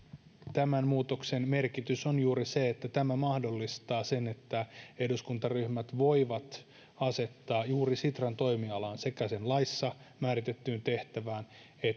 tämän muutoksen merkitys on juuri se että tämä mahdollistaa sen että eduskuntaryhmät voivat asettaa juuri sitran toimialaan ja sen laissa määritettyyn tehtävään